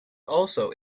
also